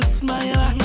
smile